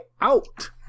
out